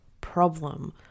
problem